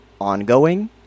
ongoing